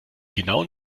genauen